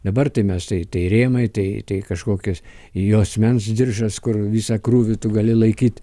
dabar tai mes tai tai rėmai tai tai kažkokios juosmens diržas kur visą krūvį tu gali laikyt